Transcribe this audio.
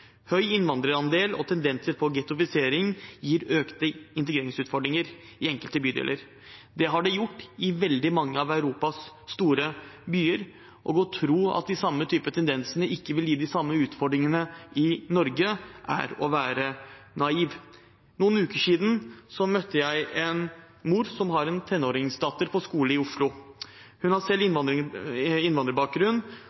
Høy innvandrerandel og tendenser til ghettofisering gir økte integreringsutfordringer i enkelte bydeler. Det har det gjort i veldig mange av Europas store byer. Å tro at den samme typen tendenser ikke vil gi de samme utfordringene i Norge, er å være naiv. For noen uker siden møtte jeg en mor som har en tenåringsdatter på skole i Oslo. Hun har selv